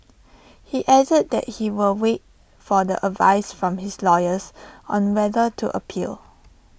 he added that he will wait for the advice from his lawyers on whether to appeal